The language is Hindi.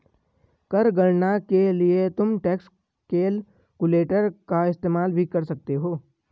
कर गणना के लिए तुम टैक्स कैलकुलेटर का इस्तेमाल भी कर सकते हो